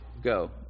go